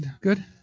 good